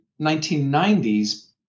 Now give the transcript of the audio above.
1990s